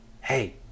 Hey